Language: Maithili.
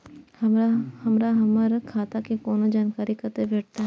हमरा हमर खाता के कोनो जानकारी कतै भेटतै?